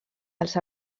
els